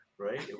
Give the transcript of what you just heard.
right